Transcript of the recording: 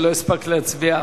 שלא הספקת להצביע,